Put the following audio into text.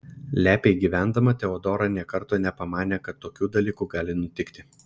lepiai gyvendama teodora nė karto nepamanė kad tokių dalykų gali nutikti